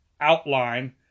outline